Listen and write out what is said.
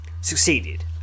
Succeeded